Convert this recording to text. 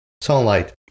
sunlight